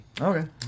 Okay